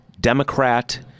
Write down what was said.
democrat